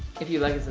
if you like